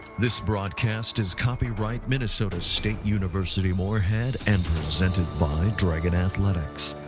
this broadcast is copyright minnesota state university moorhead and presented by dragon athletics,